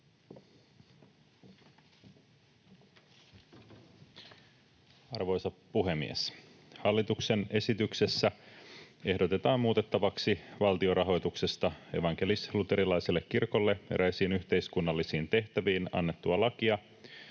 Arvoisa puhemies! Hallituksen esityksessä ehdotetaan muutettavaksi valtion rahoituksesta evankelis-luterilaiselle kirkolle eräisiin yhteiskunnallisiin tehtäviin annettua lakia